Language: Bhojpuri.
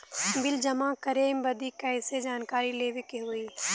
बिल जमा करे बदी कैसे जानकारी लेवे के होई?